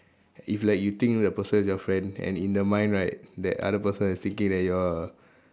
if like you think the person is your friend and in their mind right that other person is thinking that you are a